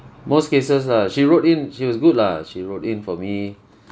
most cases lah she wrote in she was good lah she wrote in for me